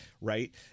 right